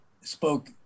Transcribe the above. spoke